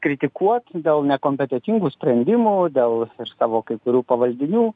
kritikuot dėl nekompetentingų sprendimų dėl savo kai kurių pavaldinių